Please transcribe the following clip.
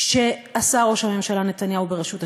שעשה ראש הממשלה נתניהו ברשות השידור,